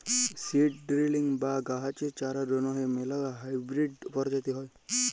seed drilling বা গাহাচের চারার জ্যনহে ম্যালা হাইবিরিড পরজাতি হ্যয়